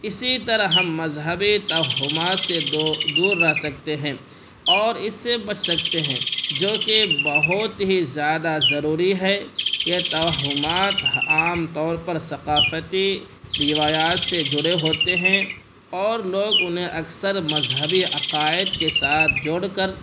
اسی طرح ہم مذہبی توہمات سے دو دور رہ سکتے ہیں اور اس سے بچ سکتے ہیں جوکہ بہت ہی زیادہ ضروری ہے یہ توہمات عام طور پر ثقافتی روایات سے جڑے ہوتے ہیں اور لوگ انہیں اکثر مذہبی عقائد کے ساتھ جوڑ کر